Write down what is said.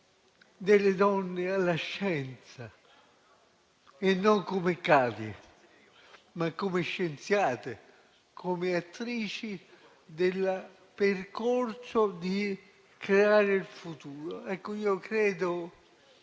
delle donne alla scienza e non come cavie, ma come scienziate e come attrici del percorso di creazione del futuro. Mi avvio